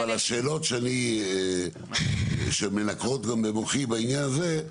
אני רק אומר לך שהשאלות שמנקרות גם במוחי בעניין הזה,